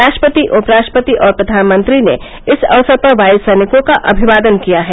राष्ट्रपति उप राष्ट्रपति और प्रधान मंत्री ने इस अवसर पर वायु सैनिकों का अभिवादन किया हैं